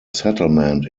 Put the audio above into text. settlement